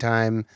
Time